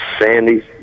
sandy